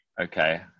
Okay